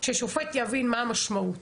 ששופט יבין מה המשמעות